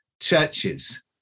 churches